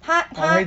他他